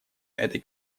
этой